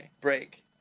break